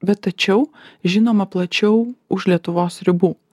bet tačiau žinoma plačiau už lietuvos ribų